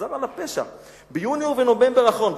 חזר על הפשע, ביוני ובנובמבר האחרון.